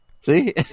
See